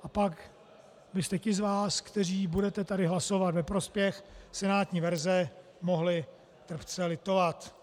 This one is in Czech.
A pak byste ti z vás, kteří budete tady hlasovat ve prospěch (?) senátní verze, mohli trpce litovat.